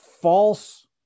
false